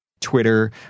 Twitter